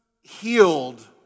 healed